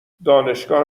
دانشگاه